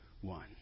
one